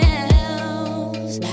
else